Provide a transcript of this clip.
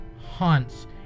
haunts